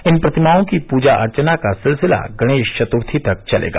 इन प्रतिमाओं की पूजा अर्चना का सिलसिला गणेश चतुर्थी तक चलेगा